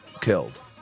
killed